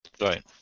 Right